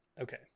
Okay